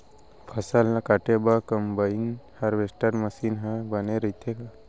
फसल ल काटे बर का कंबाइन हारवेस्टर मशीन ह बने रइथे का?